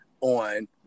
on